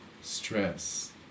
stress